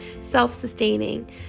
self-sustaining